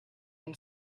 and